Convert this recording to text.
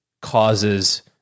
causes